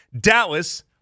Dallas